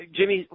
Jimmy